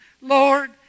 Lord